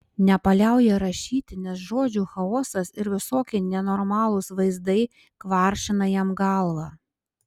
nepaliauja rašyti nes žodžių chaosas ir visokie nenormalūs vaizdai kvaršina jam galvą